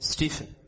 Stephen